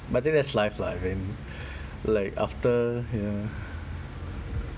but that is life lah I mean like after ya